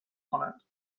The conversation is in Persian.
کنند